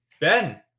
Ben